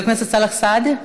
חבר הכנסת סאלח סעד,